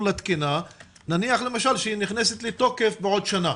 לתקינה נניח למשל שהיא נכנסת לתוקף בעוד שנה.